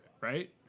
right